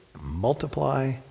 multiply